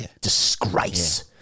disgrace